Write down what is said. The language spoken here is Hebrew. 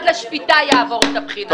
השאלה אם המועמד לשפיטה יעבור את הבחינה.